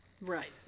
Right